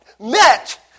met